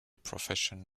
profession